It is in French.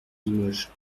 limoges